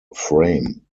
frame